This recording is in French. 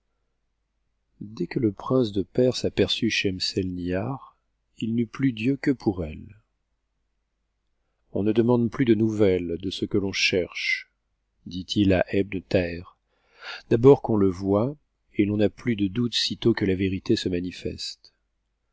dès que le prince de perse aperçut schemselnihar il n'eut plus d'yeux que pour elle on ne demande plus de nouvelles de ce que l'on cherche dit-il à ebn thaher d'abord qu'on le voit et l'on n'a plus de doute sitôt que la venté se manifeste